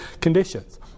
conditions